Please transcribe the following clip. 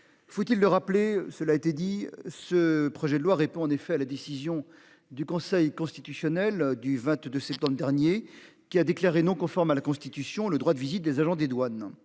Faut-il le rappeler. Cela a été dit, ce projet de loi répond en effet à la décision du Conseil constitutionnel du 22 septembre dernier qui a déclaré non conforme à la Constitution, le droit de visite des agents des douanes